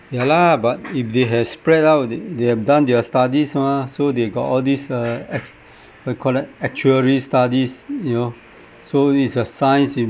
ya lah but if they has spread out they have done their studies mah so they got all these uh ac~ what you call that actuary studies you know so it's a science you